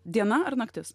diena ar naktis